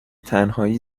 تنهایی